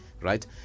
Right